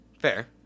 Fair